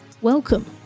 Welcome